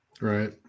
Right